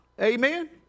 Amen